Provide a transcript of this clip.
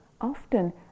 Often